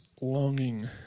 longing